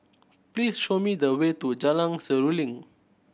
please show me the way to Jalan Seruling